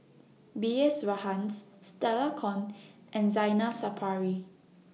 B S Rajhans Stella Kon and Zainal Sapari